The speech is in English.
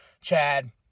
Chad